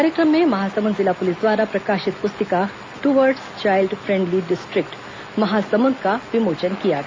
कार्यक्रम में महासुमन्द जिला पुलिस द्वारा प्रकाशित पुस्तिका towards child friendly district Mahasamund का विमोचन किया गया